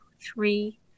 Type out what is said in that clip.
three